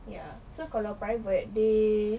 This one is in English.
ya so kalau private they